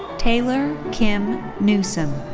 taylor kim newsom.